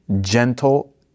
gentle